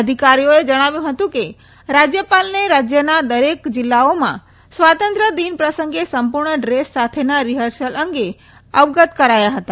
અધિકારીઓએ જણાવ્યું હતું કે રાજયપાલને રાજ્યના દરેક જિલ્લાઓમાં સ્વાતંત્ર દિન પ્રસંગે સંપુર્ણ ડ્રેસ સાથેના રીફર્શલ અંગે અવગત કરાયા હતા